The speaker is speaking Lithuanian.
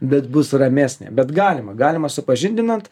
bet bus ramesnė bet galima galima supažindinant